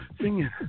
singing